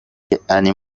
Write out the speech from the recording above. یعنی